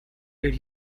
did